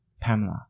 Pamela